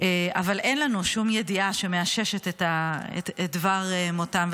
אבל אין לנו שום ידיעה שמאששת את דבר מותם.